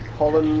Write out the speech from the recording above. pollen.